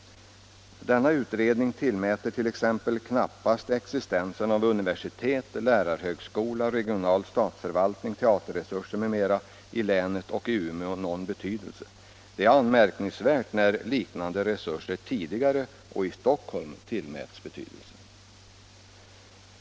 Utredningen tillmäter t.ex. knappast existensen av universitet, lärarhögskola, regional statsförvaltning, teaterresurser m.m. i länet och i Umeå betydelse. Detta är anmärkningsvärt, eftersom liknande resurser tillmätts betydelse för Stockholms del.